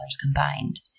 combined